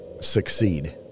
succeed